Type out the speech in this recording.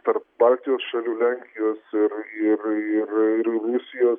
tarp baltijos šalių lenkijos ir ir ir rusijos